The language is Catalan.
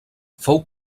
fou